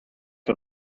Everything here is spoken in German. für